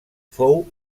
fou